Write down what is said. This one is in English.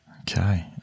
Okay